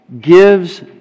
gives